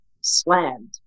slammed